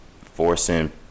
forcing